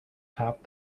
topped